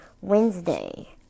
Wednesday